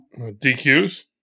DQs